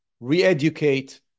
re-educate